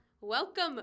welcome